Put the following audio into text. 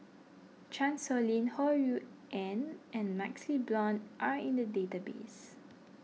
Chan Sow Lin Ho Rui An and MaxLe Blond are in the database